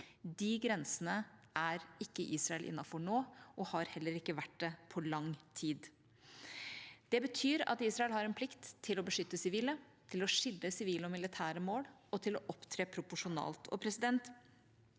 De grensene er ikke Israel innenfor nå, og de har heller ikke vært det på lang tid. Det betyr at Israel har en plikt til å beskytte sivile, til å skille sivile og militære mål og til å opptre proporsjonalt. Jeg